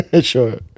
Sure